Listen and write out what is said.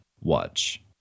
Watch